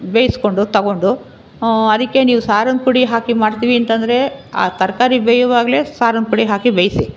ಬೇಯಿಸ್ಕೊಂಡು ತಗೊಂಡು ಅದಕ್ಕೆ ನೀವು ಸಾರಿನ ಪುಡಿ ಹಾಕಿ ಮಾಡ್ತೀವಿ ಅಂತಂದರೆ ಆ ತರಕಾರಿ ಬೇಯುವಾಗಲೇ ಸಾರಿನ ಪುಡಿ ಹಾಕಿ ಬೇಯಿಸಿ